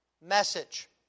message